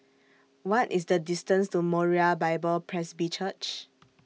What IS The distance to Moriah Bible Presby Church